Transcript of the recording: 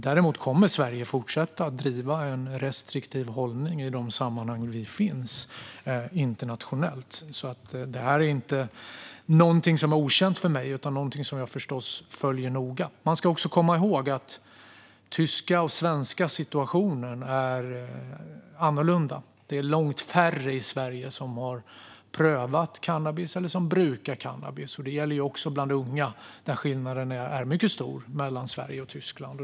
Däremot kommer Sverige att fortsätta att driva en restriktiv hållning i de sammanhang där vi finns internationellt. Detta är inte någonting som är okänt för mig utan någonting som jag förstås följer noga. Man ska också komma ihåg att den tyska situationen är annorlunda jämfört med den svenska situationen. Det är långt färre i Sverige som har prövat cannabis eller som brukar cannabis. Det gäller också bland unga, där skillnaden är mycket stor mellan Sverige och Tyskland.